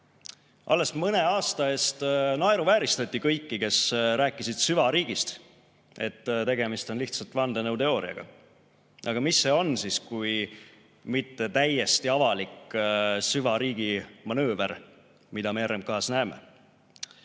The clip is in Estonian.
Alles mõne aasta eest naeruvääristati kõiki, kes rääkisid süvariigist, et tegemist on lihtsalt vandenõuteooriaga. Aga mis see siis on, kui mitte täiesti avalik süvariigi manööver, mida me RMK‑s näeme?